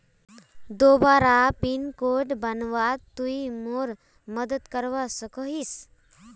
दोबारा pin code बनवात तुई मोर मदद करवा सकोहिस?